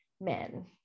men